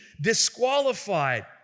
disqualified